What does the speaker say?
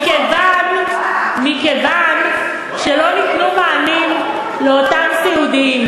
מכיוון שלא ניתנו מענים לאותם סיעודיים.